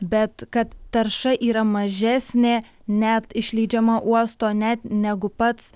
bet kad tarša yra mažesnė net išleidžiama uosto net negu pats